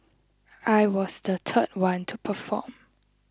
I was the third one to perform